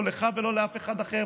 לא לך ולא לאף אחד אחר.